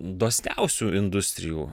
dosniausių industrijų